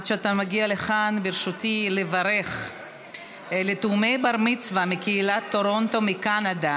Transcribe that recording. עד שאתה מגיע לכאן ברצוני לברך תאומי בר-מצווה מקהילת טורונטו מקנדה,